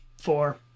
four